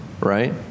right